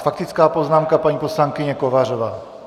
Faktická poznámka, paní poslankyně Kovářová.